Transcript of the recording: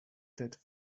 that